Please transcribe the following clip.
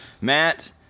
Matt